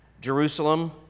Jerusalem